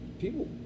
people